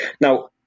Now